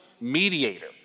mediator